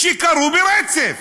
שקרו ברצף,